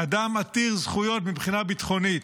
אדם עתיר זכויות מבחינה ביטחונית,